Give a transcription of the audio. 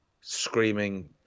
screaming